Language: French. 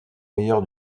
meilleur